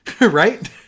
Right